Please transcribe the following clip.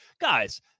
guys